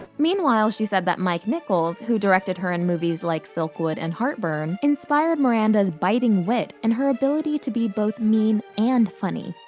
meanwhile she's said that mike nichols, who directed her in movies like silkwood and heartburn, inspired miranda's biting wit and her ability to be both mean and funny.